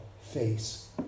face